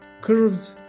curved